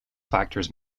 factors